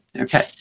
Okay